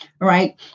right